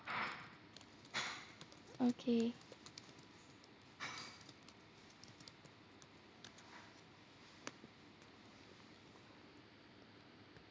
okay